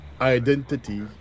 identity